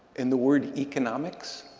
and the word economics